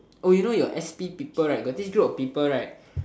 oh you know your s_p people right got this group of people right